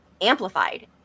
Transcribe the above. amplified